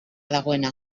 dagoena